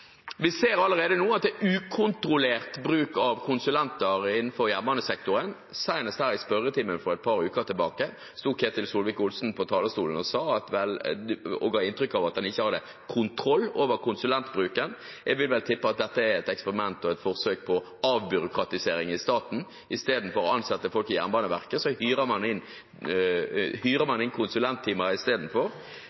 Vi ser allerede nå at det er ukontrollert bruk av konsulenter innenfor jernbanesektoren. Senest i spørretimen her for et par uker tilbake sto Ketil Solvik-Olsen på talerstolen og ga inntrykk av at han ikke hadde kontroll over konsulentbruken, og jeg vil vel tippe at dette er et eksperiment og et forsøk på avbyråkratisering i staten. Istedenfor å ansette folk i Jernbaneverket hyrer man inn